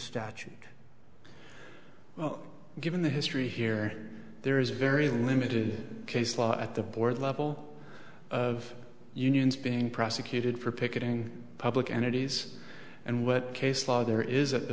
statute well given the history here there is a very limited case law at the board level of unions being prosecuted for picketing public entities and what case law there is a